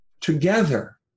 together